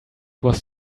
was